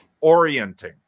orienting